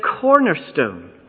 cornerstone